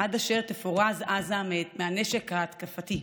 עד אשר תפורז עזה מהנשק ההתקפי.